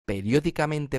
periódicamente